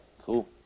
Cool